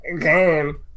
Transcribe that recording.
game